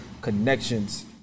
connections